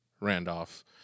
Randolph